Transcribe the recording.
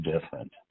different